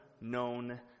known